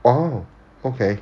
oh okay